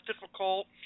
difficult